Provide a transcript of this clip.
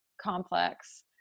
complex